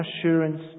assurance